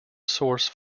source